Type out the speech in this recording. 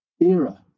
era